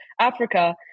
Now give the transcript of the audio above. Africa